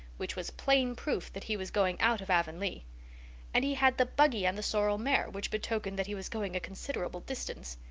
which was plain proof that he was going out of avonlea and he had the buggy and the sorrel mare, which betokened that he was going a considerable distance.